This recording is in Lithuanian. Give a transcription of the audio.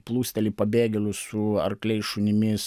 plūsteli pabėgėlių su arkliais šunimis